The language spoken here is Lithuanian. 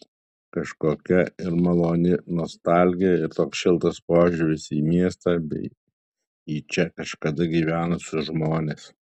kažkokia ir maloni nostalgija ir toks šiltas požiūris į miestą bei į čia kažkada gyvenusius žmones